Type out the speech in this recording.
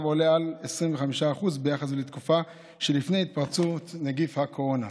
עולה על 25% ביחס לתקופה שלפני התפרצות נגיף הקורונה.